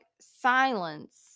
silence